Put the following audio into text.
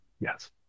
yes